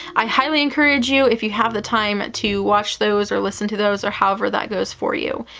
i highly encourage you, if you have the time, to watch those or listen to those or however that goes for you.